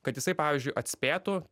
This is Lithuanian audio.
kad jisai pavyzdžiui atspėtų